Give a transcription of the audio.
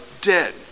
dead